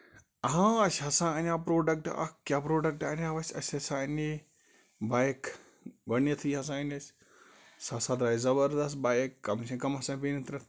اَسہِ ہسا اَنیو پروڈَکٹہٕ اکھ کیاہ پروڈَکٹ اَنیو اَسہِ اَسہِ ہسا اَنے بایِک گۄڈٕنیتھٕے ہسا أنۍ اَسہِ سُہ ہسا درٛایہِ زَبردست بایِک کَم سے کَم ہسا پیٚیہِ نہٕ تَتھ